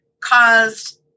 caused